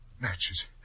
Matches